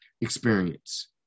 experience